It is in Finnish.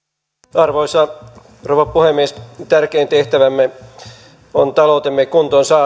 arvoisa rouva puhemies tärkein tehtävämme taloutemme kuntoon